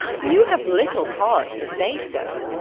you have little cause to say so.